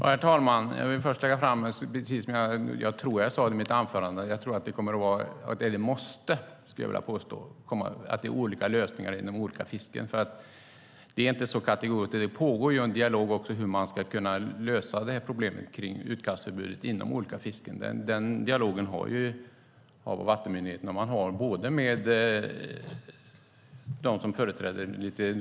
Herr talman! Som jag tror att jag sade i mitt anförande måste det vara olika lösningar inom olika fisken. Det är inte så kategoriskt. Det pågår också en dialog om hur man ska kunna lösa problemet kring utkastförbudet inom olika fisken. Den dialogen har Havs och vattenmyndigheten med olika företrädare.